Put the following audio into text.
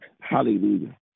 Hallelujah